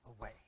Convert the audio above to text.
away